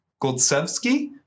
Goldsevsky